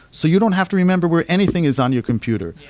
so you don't have to remember where anything is on your computer.